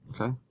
Okay